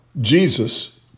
Jesus